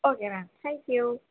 okay ma'am thank you